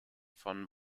von